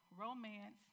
romance